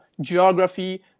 geography